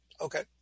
Okay